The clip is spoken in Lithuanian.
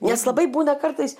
nes labai būna kartais